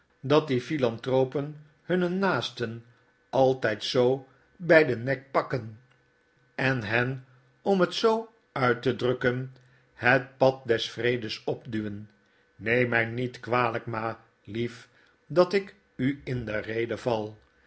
dat die philanthropen hunne naasten altjjd zoo bij het geheim van edwin drood den nek pakken en hen om het zoo uit te drukken het pad des vredes opduwen neem my niet kwalyk ma lief dat ik u in de rede val